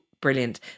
brilliant